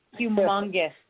humongous